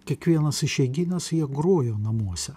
kiekvienas išeigines jie grojo namuose